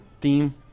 theme